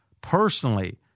personally